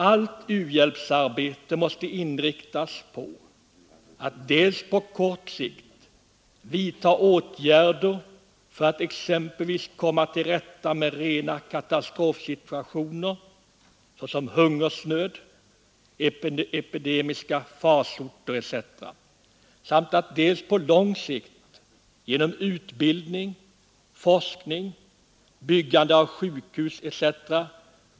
Allt u-hjälpsarbete måste inriktas på dels att på kort sikt vidtaga åtgärder för att exempelvis komma till rätta med rena katastrofsituationer, såsom hungersnöd, epidemiska farsoter etc., dels att på lång sikt genom utbildning, forskning, byggande av sjukhus etc.